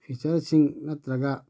ꯐꯤꯆꯔꯁꯤꯡ ꯅꯠꯇ꯭ꯔꯒ